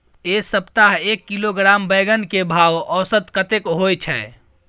ऐ सप्ताह एक किलोग्राम बैंगन के भाव औसत कतेक होय छै?